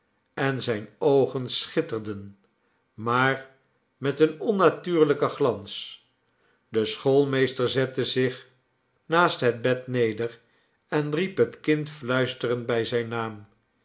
en zijne oogen schitterden maar met een onnatuurlijken glans de schoolmeester zette zich naast het bed neder en riep het kind fluisterend bij zijn naarn